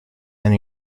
and